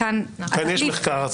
כאן יש מחקר.